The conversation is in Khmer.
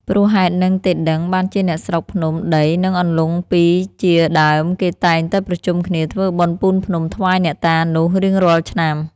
ព្រោះហេតុហ្នឹងទេដឹង បានជាអ្នកស្រុកភ្នំដីនិងអន្លង់ពីរជាដើម គេតែងទៅប្រជុំគ្នាធ្វើបុណ្យពូនភ្នំថ្វាយអ្នកតានោះរៀងរាល់ឆ្នាំ